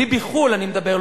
ביבי-חו"ל אני מדבר,